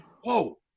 whoa